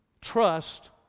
Trust